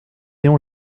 léon